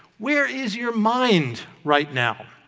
where is your mind right now?